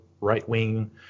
right-wing